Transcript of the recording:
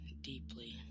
deeply